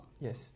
Yes